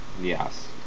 Yes